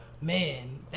Man